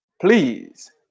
Please